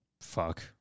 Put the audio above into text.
Fuck